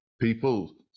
people